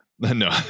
No